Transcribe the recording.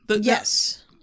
Yes